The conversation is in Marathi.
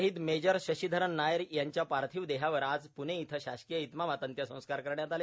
शहीद मेजर शशिधरन नायर यांच्या पार्थिव देहावर आज प्णे इथं शासकीय इतमामात अंत्यसंस्कार करण्यात आले